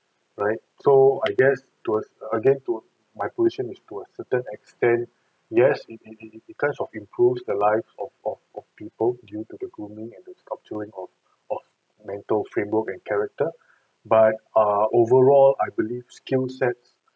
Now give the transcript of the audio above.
right so I guess to a ce~ again to my position is to a certain extent yes it it it kinds of improves the lives of of of people due to the grooming and the sculpturing of of mental framework and character but uh overall I believe skillsets